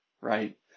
right